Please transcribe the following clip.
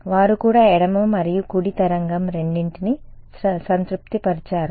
వారు కూడా ఎడమ మరియు కుడి తరంగం రెండింటినీ సంతృప్తిపరిచారా